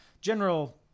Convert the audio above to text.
general